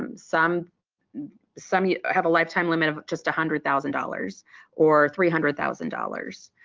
um some some you have a lifetime limit of just a hundred thousand dollars or three hundred thousand dollars.